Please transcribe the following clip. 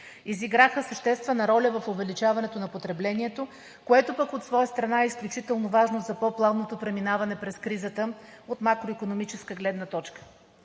изиграха съществена роля в увеличаването на потреблението, което пък от своя страна, е изключително важно за по-плавното преминаване през кризата от макроикономическа гледна точка.